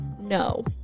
No